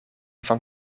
van